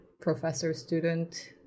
professor-student